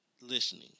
listening